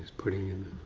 putting in the